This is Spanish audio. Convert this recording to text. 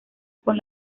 con